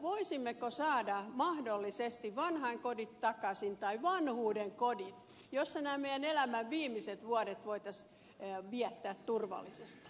voisimmeko saada mahdollisesti vanhainkodit takaisin tai vanhuuden kodit joissa nämä meidän elämän viimeiset vuodet voitaisiin viettää turvallisesti